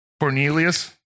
Cornelius